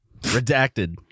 Redacted